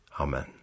Amen